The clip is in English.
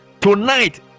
tonight